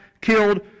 killed